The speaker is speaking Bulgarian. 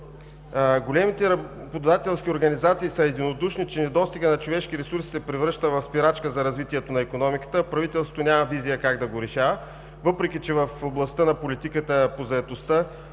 Големите работодателски организации са единодушни, че недостигът на човешки ресурси се превръща в спирачка за развитието на икономиката, а правителството няма визия как да го решава, въпреки че в областта на политиката по заетостта